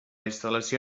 instal·lació